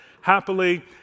happily